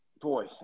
boy